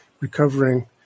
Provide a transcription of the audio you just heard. recovering